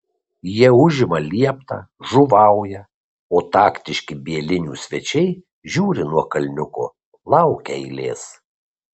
jie užima lieptą žuvauja o taktiški bielinių svečiai žiūri nuo kalniuko laukia eilės